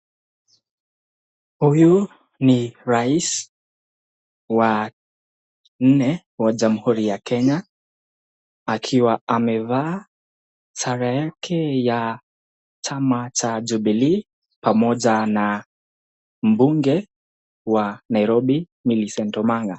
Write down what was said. Huyu ni rais wa nne wa jamhuri ya Kenya, akiwa amevaa sare yake ya chama cha jubilee, pamoja na mbunge wa Nairobi Millicent Omanga.